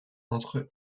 entre